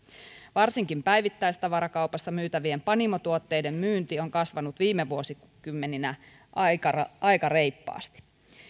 varsinkin päivittäistavarakaupassa myytävien panimotuotteiden myynti on kasvanut viime vuosikymmeninä aika aika reippaasti